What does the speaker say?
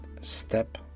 step